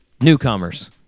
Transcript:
newcomers